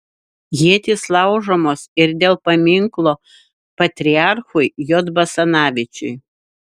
ietys laužomos ir dėl paminklo patriarchui j basanavičiui